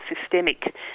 systemic